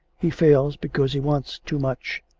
he fails because he wants too much,